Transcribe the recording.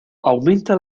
aumenta